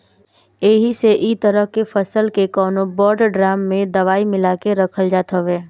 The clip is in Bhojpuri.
एही से इ तरह के फसल के कवनो बड़ ड्राम में दवाई मिला के रखल जात हवे